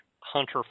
hunter